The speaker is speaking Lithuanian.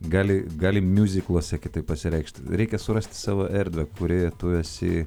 gali gali miuzikluose kitaip pasireikšti reikia surasti savo erdvę kurioje tu esi